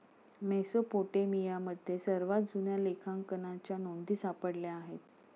मेसोपोटेमियामध्ये सर्वात जुन्या लेखांकनाच्या नोंदी सापडल्या आहेत